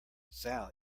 sal